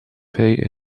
pay